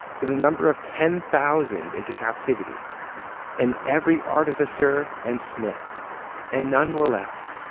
to the number of ten thousand into captivity and every artificer and smith and none were left,